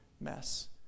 mess